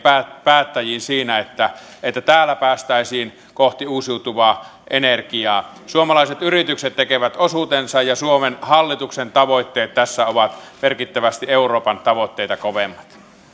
päättäjiin siinä että että täällä päästäisiin kohti uusiutuvaa energiaa suomalaiset yritykset tekevät osuutensa ja suomen hallituksen tavoitteet tässä ovat merkittävästi euroopan tavoitteita kovemmat